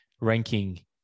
ranking